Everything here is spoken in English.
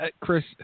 Chris